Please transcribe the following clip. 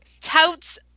touts